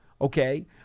Okay